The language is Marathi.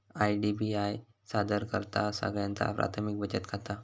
आय.डी.बी.आय सादर करतहा सगळ्यांचा प्राथमिक बचत खाता